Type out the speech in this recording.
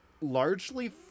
largely